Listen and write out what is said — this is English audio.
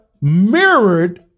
mirrored